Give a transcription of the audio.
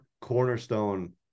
cornerstone